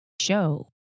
show